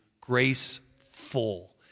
graceful